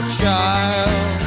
child